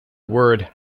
word